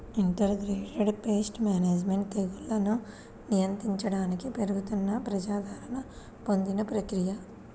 integrated pest management తెగుళ్లను నియంత్రించడానికి పెరుగుతున్న ప్రజాదరణ పొందిన ప్రక్రియ